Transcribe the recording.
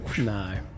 no